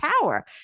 power